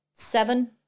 Seven